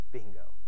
Bingo